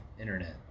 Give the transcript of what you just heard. internet